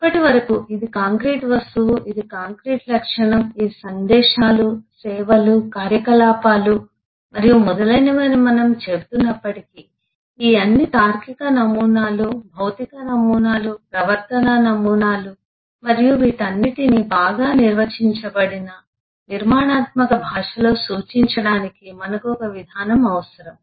ఇప్పటివరకు ఇది కాంక్రీట్ వస్తువు ఇది కాంక్రీట్ లక్షణం ఇవి సందేశాలు సేవలు కార్యకలాపాలు మరియు మొదలైనవి అని మనము చెబుతున్నప్పటికీ ఈ అన్ని తార్కిక నమూనాలు భౌతిక నమూనాలు ప్రవర్తనా నమూనాలు మరియు వీటన్నింటినీ బాగా నిర్వచించబడిన నిర్మాణాత్మక భాషలో సూచించడానికి మనకు ఒక విధానం అవసరం